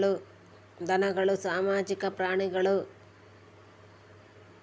ಧನಗಳು ಸಾಮಾಜಿಕ ಪ್ರಾಣಿಗಳು